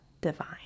divine